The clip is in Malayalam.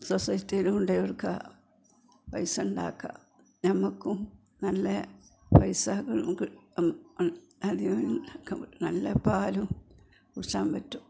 സൊസൈറ്റിയിൽ കൊണ്ടുപോയി കൊടുക്കുക പൈസ ഉണ്ടാക്കാം നമുക്കും നല്ല പൈസ അധികം ഉണ്ടാക്കാൻ നല്ല പാലും കുടിക്കാൻ പറ്റും